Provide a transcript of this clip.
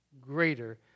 greater